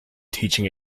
teaching